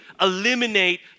Eliminate